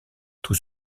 tout